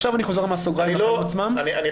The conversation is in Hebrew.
עכשיו אני חוזר מהסוגריים לחיים עצמם --- תראו,